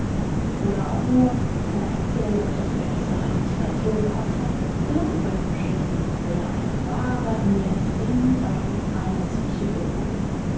oder auch nur seiner erzählung daß er diese hallucination gehabt hat glauben schenken wäre eine wahre niaiserie seitens eines psychologen